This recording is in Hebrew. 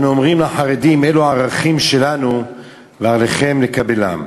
שאנו אומרים לחרדים: אלו הערכים שלנו ועליכם לקבלם"